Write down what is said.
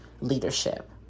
leadership